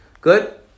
Good